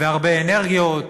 והרבה אנרגיות,